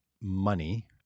money